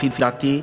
לפי דעתי,